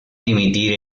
dimitir